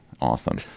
Awesome